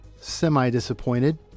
semi-disappointed